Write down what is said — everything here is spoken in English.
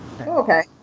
Okay